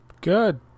Good